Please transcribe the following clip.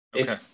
Okay